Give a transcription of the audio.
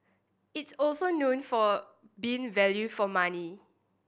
it's also known for being value for money